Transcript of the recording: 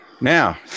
now